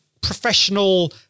professional